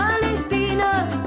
Palestina